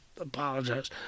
apologize